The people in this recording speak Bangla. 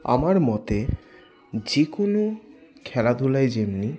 আমার মতে যেকোনো খেলাধুলায় যেমনি